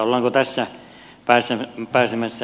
ollaanko tässä pääsemässä eteenpäin